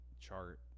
chart